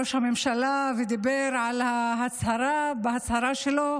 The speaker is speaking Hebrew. כשעלה ראש הממשלה ודיבר בהצהרה שלו